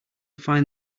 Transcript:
find